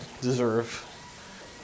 deserve